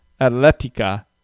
atletica